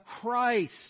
Christ